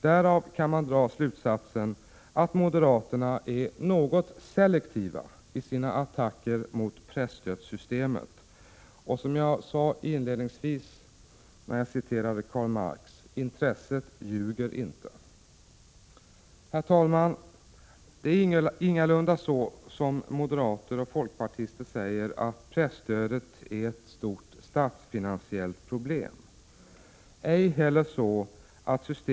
Därav kan man dra slutsatsen att moderaterna är något selektiva i sina attacker mot presstödssystemet. Som jag sade inledningsvis när jag citerade Karl Marx: Intresset ljuger inte. Herr talman! Det är ingalunda så att presstödet är ett stort statsfinansiellt problem som moderater och folkpartister säger.